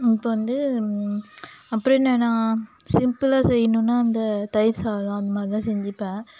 இப்போ வந்து அப்புறம் என்னென்னா சிம்பிளாக செய்யணும்ன்னா அந்த தயிர் சாதம் அந்த மாதிரிதான் செஞ்சுப்பேன்